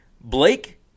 Blake